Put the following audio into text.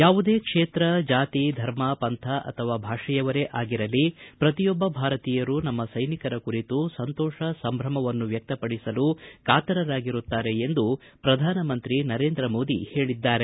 ಯಾವುದೇ ಕ್ಷೇತ್ರ ಜಾತಿ ಧರ್ಮ ಪಂಥಅಥವಾ ಭಾಷೆಯವರೇ ಆಗಿರಲಿ ಪ್ರತಿಯೊಬ್ಬ ಭಾರತೀಯರೂ ನಮ್ಮ ಸೈನಿಕರ ಕುರಿತು ಸಂತೋಷ ಸಂಭ್ರಮವನ್ನು ವ್ವಕ್ಷಪಡಿಸಲು ಕಾತರರಾಗಿರುತ್ತಾರೆ ಎಂದು ಪ್ರಧಾನಮಂತ್ರಿ ನರೇಂದ್ರ ಮೋದಿ ಹೇಳದ್ದಾರೆ